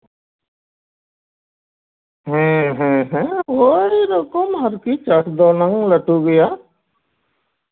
ᱦᱮᱸ ᱦᱮᱸ ᱦᱮᱸ ᱳᱭ ᱨᱚᱠᱚᱢ ᱟᱨᱠᱤ ᱪᱟᱥ ᱫᱚ ᱱᱟᱦᱟᱝ ᱞᱟᱹᱴᱩ ᱜᱮᱭᱟ